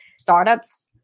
startups